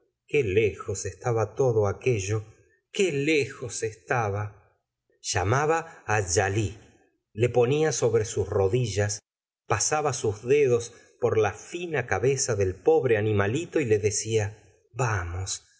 qué lejos estaba todo aquello qué lejos estaba llamaba á djali le ponia sobre sus rodillas pasaba sus dedos por la fina cabeza del pobre animalito y le decía vamos